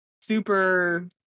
super